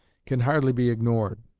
can hardly be ignored.